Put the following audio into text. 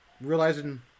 realizing